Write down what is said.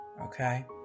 Okay